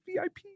VIP